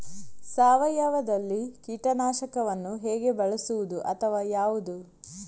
ಸಾವಯವದಲ್ಲಿ ಕೀಟನಾಶಕವನ್ನು ಹೇಗೆ ಬಳಸುವುದು ಅಥವಾ ಯಾವುದು?